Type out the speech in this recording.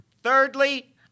Thirdly